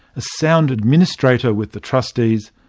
a sound administrator with the trustees,